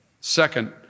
Second